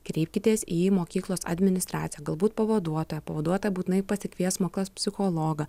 kreipkitės į mokyklos administraciją galbūt pavaduotoją pavaduotoja būtinai pasikvies mokyklos psichologą